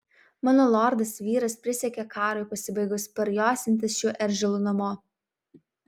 mano lordas vyras prisiekė karui pasibaigus parjosiantis šiuo eržilu namo